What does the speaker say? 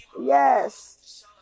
yes